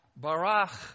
Barach